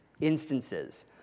instances